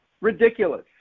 Ridiculous